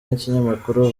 n’ikinyamakuru